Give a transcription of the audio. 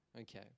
okay